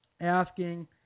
asking